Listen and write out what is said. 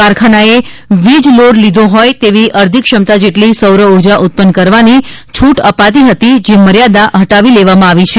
કારખાનાએ વીજ લોડ લીધો હોય તેવી અરધી ક્ષમતા જેટલી સૌરઉર્જા ઉત્પન્ન કરવાની છુટ અપાતી હતી જે મર્યાદા હટાવી લેવામાં આવી છે